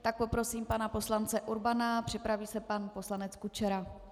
Tak poprosím pana poslance Urbana, připraví se pan poslanec Kučera.